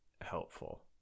helpful